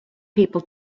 people